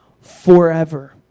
forever